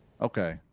Okay